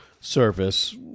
service